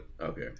okay